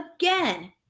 again